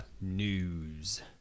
news